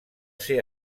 ser